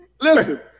Listen